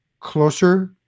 closer